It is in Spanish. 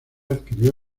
adquirió